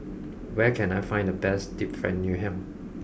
where can I find the best Deep Fried Ngoh Hiang